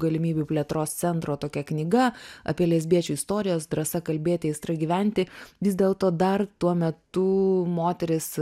galimybių plėtros centro tokia knyga apie lesbiečių istorijas drąsa kalbėti aistra gyventi vis dėlto dar tuo metu moterys